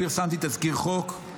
פרסמתי תזכיר חוק,